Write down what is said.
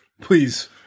Please